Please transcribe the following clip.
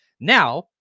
Now